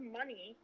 money